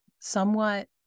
somewhat